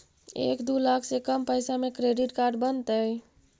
एक दू लाख से कम पैसा में क्रेडिट कार्ड बनतैय?